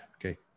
Okay